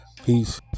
Peace